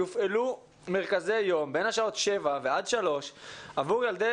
יופעלו מרכזי יום בין השעות 7 15 עבור ילדי